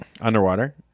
underwater